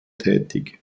tätig